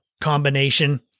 combination